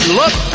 look